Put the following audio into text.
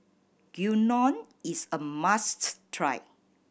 gyudon is a must try